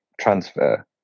transfer